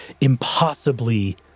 impossibly